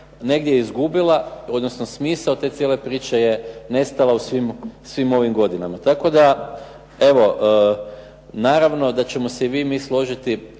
negdje izgubila, odnosno smisao te cijele priče je nestala u svim ovim godinama. Tako da evo naravno da ćemo se i vi i mi složiti